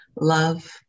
Love